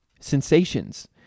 sensations